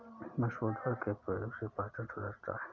मसूर दाल के प्रयोग से पाचन सुधरता है